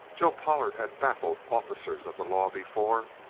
joe pollard had baffled officers of the law before,